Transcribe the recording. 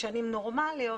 בשנים נורמליות,